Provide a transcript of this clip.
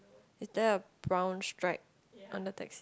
is there a brown stripe on the taxi